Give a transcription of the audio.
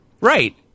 Right